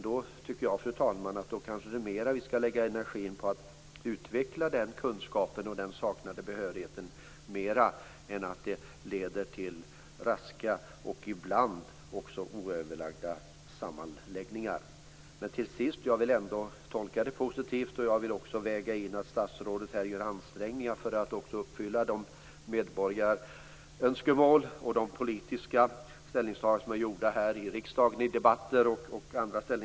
Då tycker jag, fru talman, att vi kanske skall lägga mer energi på att utveckla den kunskapen och den saknade behörigheten i stället för att fatta raska och ibland oöverlagda beslut om sammanläggningar. Till sist vill jag ändå tolka detta positivt. Jag vill också väga in att statsrådet här gör ansträngningar för att tillmötesgå de medborgarönskemål och de politiska ställningstaganden som är gjorda här i riksdagen i debatter och på andra sätt.